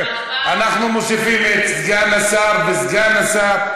אנחנו מוסיפים את סגן השר ואת סגן השר.